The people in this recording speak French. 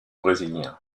brésilien